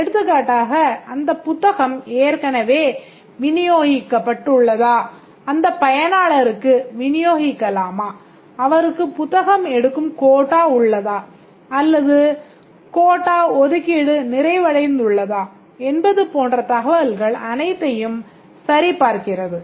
எடுத்துக்காட்டாக அந்தப் புத்தகம் ஏற்கனவே விநியோகிக்கப் பட்டுள்ளதா அந்த பயனாளருக்கு விநியோகிக்கலாமா அவருக்கு புத்தகம் எடுக்கும் Quota உள்ளதா அல்லது Quota ஒதுக்கீடு நிறைவடைந்துள்ளதா என்பது போன்ற தகவல்கள் அனைத்தையும் சரிபார்க்கிறது